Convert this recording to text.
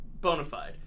Bonafide